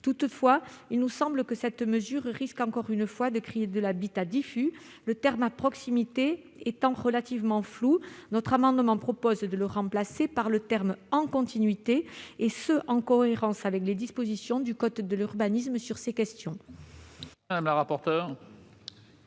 Toutefois, il nous semble que cette mesure risque encore une fois de créer de l'habitat diffus. Le terme « à proximité » étant relativement flou, nous proposons de le remplacer par « en continuité », en cohérence avec les dispositions du code de l'urbanisme sur ces questions.